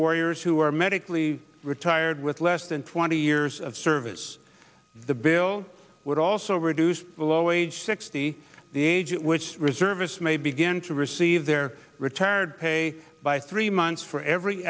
warriors who are medically retired with less than twenty years of service the bill would also reduce below age sixty the age at which reservists may begin to receive their retired pay by three months for every